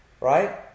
right